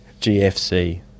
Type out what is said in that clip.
GFC